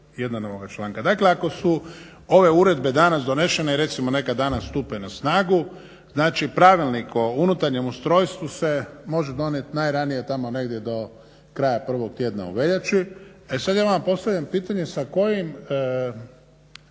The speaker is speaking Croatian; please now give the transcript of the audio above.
Dakle, ako su ove uredbe danas donesene i recimo neka danas stupe na snagu znači pravilnik o unutarnjem ustrojstvu se može donijeti najranije tamo negdje do kraja prvog tjedna u veljači. E sada ja vama postavljam pitanje sa kojim